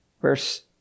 Verse